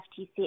FTC